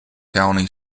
county